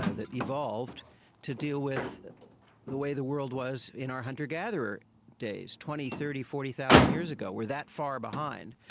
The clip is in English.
ah that evolved to deal with the way the world was in our hunter gatherer days, twenty thirty thousand, forty thousand years ago, we are that far behind.